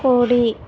కోడి